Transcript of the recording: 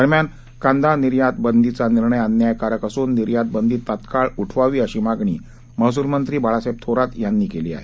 दरम्यान कांदा निर्यात बंदीचा निर्णय अन्यायकारक असून निर्यातबंदी तात्काळ उठवा अशी मागणी महसूलमंत्री बाळासाहेब थोरात यांनीही केली आहे